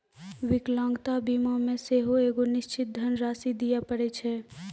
विकलांगता बीमा मे सेहो एगो निश्चित धन राशि दिये पड़ै छै